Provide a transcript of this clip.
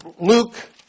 Luke